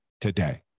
today